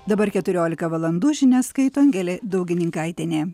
dabar keturiolika valandų žinias skaito angelė daugininkaitienė